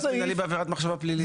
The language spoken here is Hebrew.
אין קנס מינהלי בעבירת מחשבה פלילית.